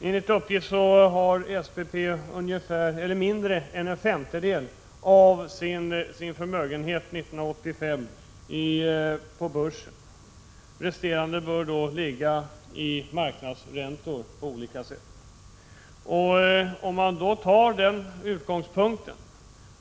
Enligt uppgift hade SPP mindre än en femtedel av sin förmögenhet år 1985 på börsen. Resten bör ligga i sådant som på olika sätt kommer in genom marknadsräntor.